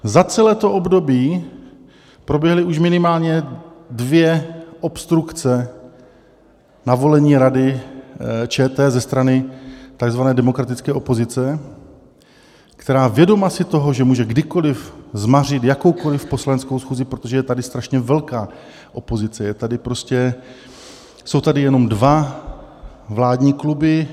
Za celé to období proběhly už minimálně dvě obstrukce na volení Rady ČT ze strany takzvané demokratické opozice, která, vědoma si toho, že kdykoliv může zmařit jakoukoliv poslaneckou schůzi, protože je tady strašně velká opozice, jsou tady jenom dva vládní kluby.